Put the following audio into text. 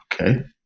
Okay